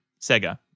Sega